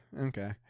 Okay